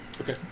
Okay